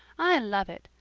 i love it,